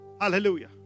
Hallelujah